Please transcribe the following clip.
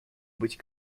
быть